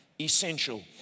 essential